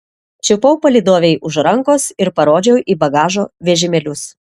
čiupau palydovei už rankos ir parodžiau į bagažo vežimėlius